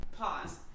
Pause